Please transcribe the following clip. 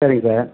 சரிங்க சார்